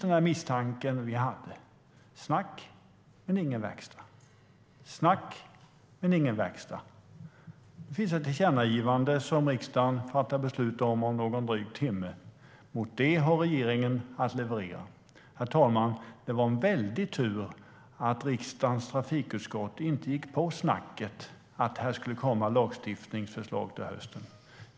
Den misstanke vi hade var just att det är snack men ingen verkstad. Det finns ett tillkännagivande som riksdagen fattar beslut om senare i dag. Mot det har regeringen att leverera. Herr talman! Det var en väldig tur att riksdagens trafikutskott inte gick på snacket om att det skulle komma lagstiftningsförslag till hösten.